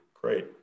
great